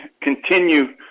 continue